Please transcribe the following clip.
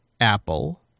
Apple